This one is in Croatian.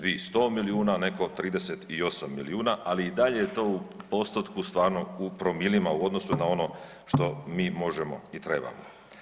Vi sto milijuna, netko 38 milijuna, ali i dalje je to u postotku stvarno u promilima u odnosu na ono što mi možemo i trebamo.